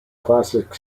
classic